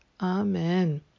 Amen